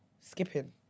Skipping